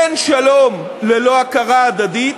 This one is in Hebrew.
אין שלום ללא הכרה הדדית,